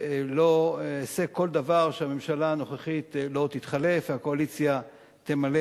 ואעשה כל דבר כדי שהממשלה הנוכחית לא תתחלף והקואליציה תמלא